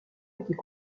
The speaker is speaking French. était